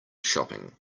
shopping